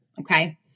okay